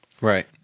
Right